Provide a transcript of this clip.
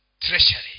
treasury